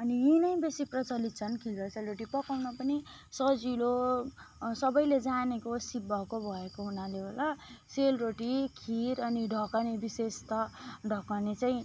अनि यिनै बेसी प्रचलित छन् खिर र सेलरोटी पकाउन पनि सजिलो सबैले जानेको सिप भएको भएको हुनाले होला सेलरोटी खिर अनि ढकने विशेष त ढकने चाहिँ